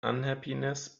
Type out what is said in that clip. unhappiness